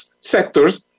sectors